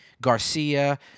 Garcia